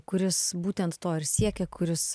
kuris būtent to ir siekia kuris